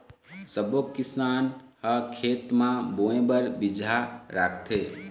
सब्बो किसान ह खेत म बोए बर बिजहा राखथे